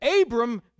Abram